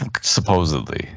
supposedly